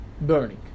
burning